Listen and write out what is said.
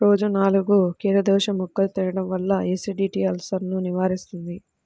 రోజూ నాలుగు కీరదోసముక్కలు తినడం వల్ల ఎసిడిటీ, అల్సర్సను నివారిస్తుంది